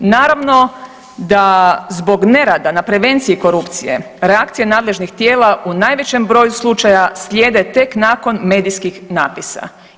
Naravno da zbog nerada na prevenciji korupcije, reakcije nadležnih tijela u najvećem broju slučaja slijede tek nakon medijskih napisa.